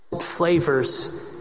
flavors